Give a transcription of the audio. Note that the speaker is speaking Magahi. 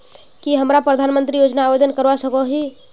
की हमरा प्रधानमंत्री योजना आवेदन करवा सकोही?